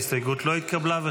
ההסתייגות לא התקבלה.